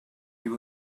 you